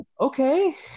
okay